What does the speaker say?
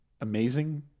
amazing